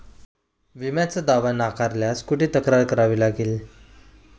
विम्याचा दावा नाकारल्यास कुठे तक्रार करावी लागेल?